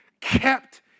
kept